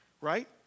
Right